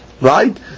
right